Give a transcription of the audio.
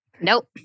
Nope